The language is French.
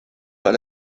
dans